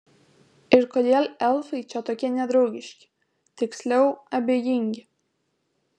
ir kodėl elfai čia tokie nedraugiški tiksliau abejingi